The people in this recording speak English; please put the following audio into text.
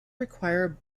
require